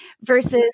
versus